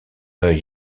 œil